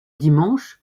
dimanche